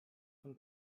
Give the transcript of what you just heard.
von